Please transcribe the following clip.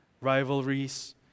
rivalries